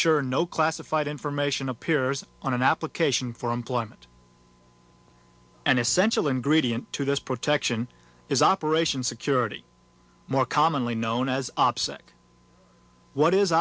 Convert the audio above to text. sure no classified information appears on an application for employment an essential ingredient to this protection is operation security more commonly known as opsec what is